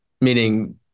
meaning